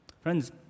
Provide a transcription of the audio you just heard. Friends